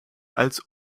als